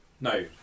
No